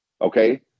okay